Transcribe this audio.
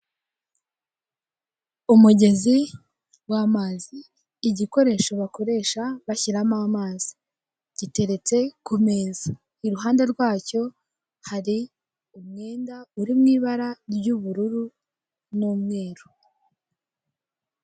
Umugezi w.amazi, igikoresho bakoresha bashyiramo amazi. Giteretse ku meza. Iruhande rwacyo hari umwenda uri mu ibara ry'ubururu n'umweru.